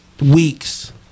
weeks